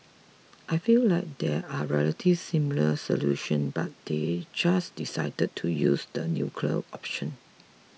I feel like there are relatively simpler solutions but they just decided to use the nuclear option